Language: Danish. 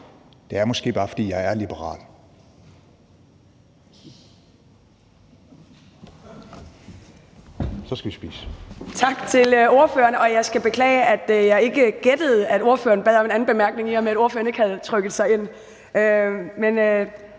Det er måske bare, fordi jeg er liberal. Så skal vi spise!